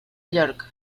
york